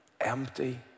empty